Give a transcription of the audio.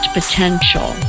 potential